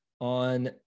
on